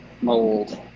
mold